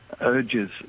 urges